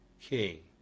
king